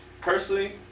Personally